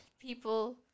people